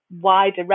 wider